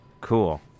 Cool